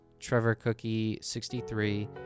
TrevorCookie63